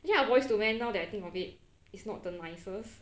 actually ah boys to men now that I think of it it's not the nicest